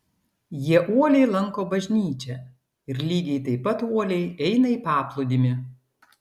jie uoliai lanko bažnyčią ir lygiai taip pat uoliai eina į paplūdimį